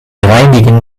reinigen